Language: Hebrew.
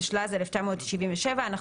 התשל"ז-1977.